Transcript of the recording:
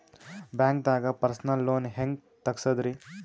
ಬ್ಯಾಂಕ್ದಾಗ personal loan ಹೆಂಗ್ ತಗ್ಸದ್ರಿ?